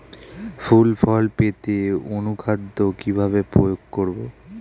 ফুল ফল পেতে অনুখাদ্য কিভাবে প্রয়োগ করব?